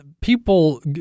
people